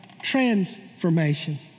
transformation